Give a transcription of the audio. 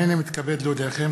הנני מתכבד להודיעכם,